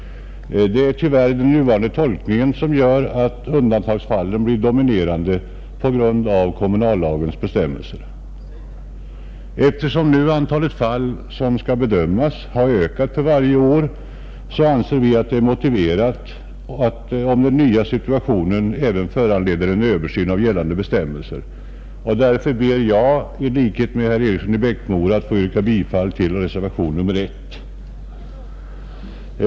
Det är tyvärr den nuvarande tolkningen som gör att undantagsfallen blir dominerande på grund av kommunallagens bestämmelser. Då antalet fall som skall bedömas har ökat för varje år, anser vi att det är motiverat, om den nya situationen även föranleder en översyn av gällande bestämmelser. Därför ber jag att i likhet med herr Eriksson i Bäckmora få yrka bifall till reservationen 1.